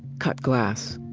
cut glass.